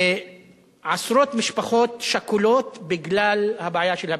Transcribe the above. עשרות משפחות שכולות בגלל הבעיה של הפשיעה.